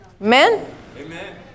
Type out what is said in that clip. Amen